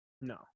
No